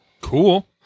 Cool